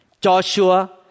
Joshua